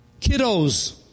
Kiddos